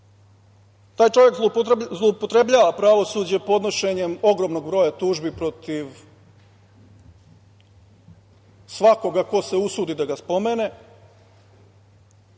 Taj čovek zloupotrebljava pravosuđe podnošenjem ogromnog broja tužbi protiv svakoga ko se usudi da ga spomene.